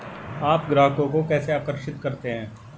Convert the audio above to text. आप ग्राहकों को कैसे आकर्षित करते हैं?